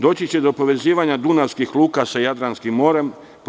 Doći će do povezivanja dunavskih luka sa Jadranskim morem.